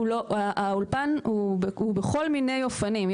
האולפן הוא בכל מיני אופנים.